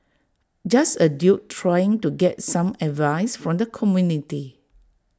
just A dude trying to get some advice from the community